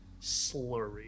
slurry